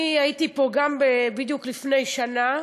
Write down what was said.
אני הייתי פה גם בדיוק לפני שנה.